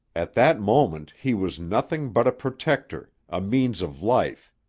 at that moment he was nothing but a protector, a means of life,